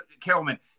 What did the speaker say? Kilman